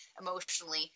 emotionally